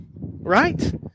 right